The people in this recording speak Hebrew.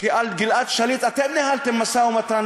כי על גלעד שליט אתם ניהלתם משא-ומתן,